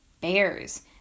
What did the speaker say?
bears